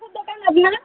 কীসের আপনারা